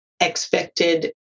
expected